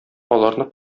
аларны